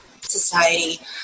society